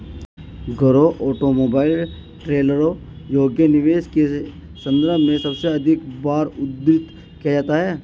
घरों, ऑटोमोबाइल, ट्रेलरों योग्य निवेशों के संदर्भ में सबसे अधिक बार उद्धृत किया जाता है